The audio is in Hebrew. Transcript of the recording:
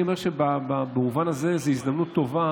אני אומר שבמובן הזה זו הזדמנות טובה,